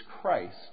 Christ